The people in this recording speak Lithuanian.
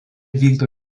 vykdo